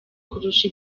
kurusha